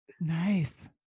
Nice